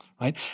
right